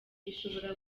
ishobora